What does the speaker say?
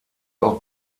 auch